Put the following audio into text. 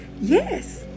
Yes